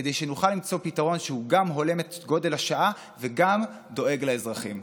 כדי שנוכל למצוא פתרון שהוא גם הולם את גודל השעה וגם דואג לאזרחים.